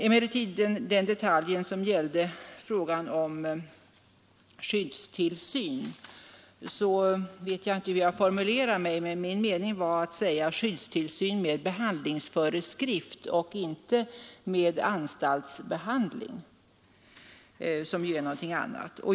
Vad beträffar skyddstillsynen vet jag inte hur jag formulerade mig, men min mening var att tala om skyddstillsyn med behandlingsföreskrift och inte med anstaltsbehandling, som ju är någonting annat.